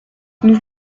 nous